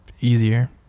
easier